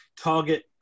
target